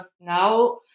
now